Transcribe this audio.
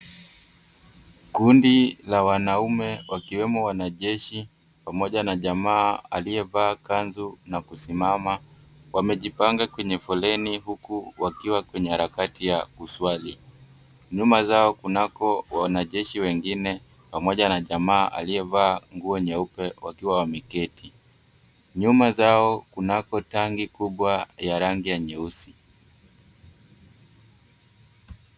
Kundi la wanaume wakiwemo wanajeshi pamoja na jamaa aliyeaa kanzu na kusimama wamejipanga kwenye foleni huku wakiwa kwenye harakati ya kuswali. Nyuma zao kunako wanajeshi wengine pamoja na jamaa aliyevaa nguo nyeupe wakiwa wameketi. Nyuma zao kunako tangi kubwa ya rangi ya nyeusi.